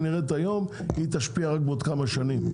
נראית היום היא תשפיע רק בעוד כמה שנים.